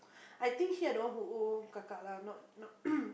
I think here I don't want to owe Kaka lah not not